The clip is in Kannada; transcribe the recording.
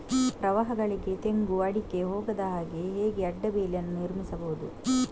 ಪ್ರವಾಹಗಳಿಗೆ ತೆಂಗು, ಅಡಿಕೆ ಹೋಗದ ಹಾಗೆ ಹೇಗೆ ಅಡ್ಡ ಬೇಲಿಯನ್ನು ನಿರ್ಮಿಸಬಹುದು?